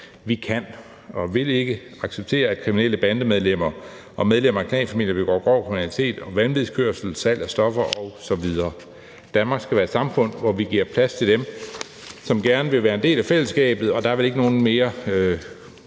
Vi kan og vil ikke acceptere, at kriminelle bandemedlemmer og medlemmer af klanfamilier begår grov kriminalitet, kører vanvidskørsel, sælger stoffer osv. Danmark skal være et samfund, hvor vi giver plads til dem, som gerne vil være en del af fællesskabet, og der er vel ikke nogen mere